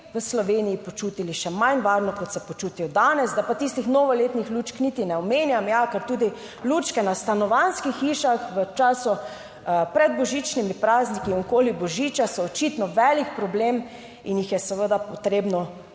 v Sloveniji počutili še manj varno kot se počutijo danes. Da pa tistih novoletnih lučk niti ne omenjam, ja, ker tudi lučke na stanovanjskih hišah v času pred božičnimi prazniki okoli božiča so očitno velik problem in jih je seveda potrebno